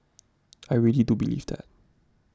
I really do believe that